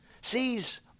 sees